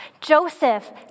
Joseph